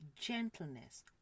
gentleness